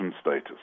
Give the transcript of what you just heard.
status